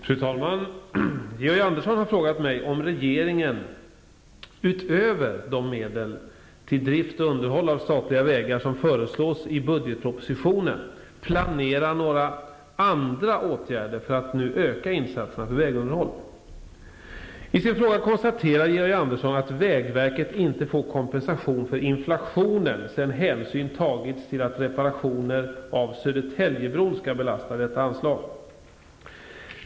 Fru talman! Georg Andersson har frågat mig om regeringen, utöver de medel till drift och underhåll av statliga vägar som föreslås i budgetpropositionen, planerar några andra åtgärder för att nu öka insatserna för vägunderhåll. I sin fråga konstaterar Georg Andersson att vägverket inte får kompensation för inflationen sedan hänsyn tagits till att reparationer av Södertäljebron skall belasta detta anslag.